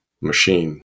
machine